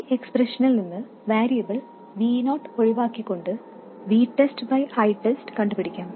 ഈ എക്സ്പ്രെഷനിൽ നിന്ന് വാരിയബിൾ Vo ഒഴിവാക്കിക്കൊണ്ട് VTEST ബൈ ITEST കണ്ടുപിടിക്കാം